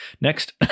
next